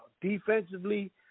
Defensively